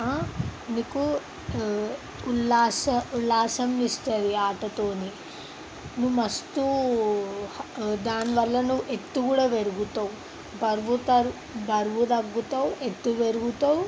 నీకు ఉ ఉల్లాస ఉల్లాసం ఇస్తుంది ఆటతో నువ్వు మస్తు దానివల్ల నువ్వు ఎత్తు కూడా పెరుగుతావు బరువు తర్ బరువు తగ్గుతావు ఎత్తు పెరుగుతావు